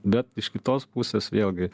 bet iš kitos pusės vėlgi